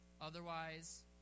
Otherwise